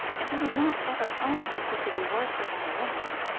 and he would not ever own that he could be worsted by a woman.